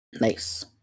nice